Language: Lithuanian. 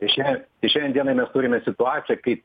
tai šia tai šiandien dienai mes turim situaciją kai